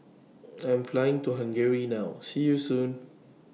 I Am Flying to Hungary now See YOU Soon